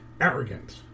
arrogant